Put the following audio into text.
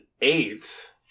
eight